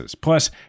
Plus